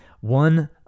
One